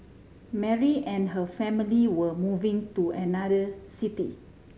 Mary and her family were moving to another city